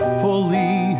fully